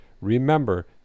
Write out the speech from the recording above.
remember